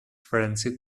friendship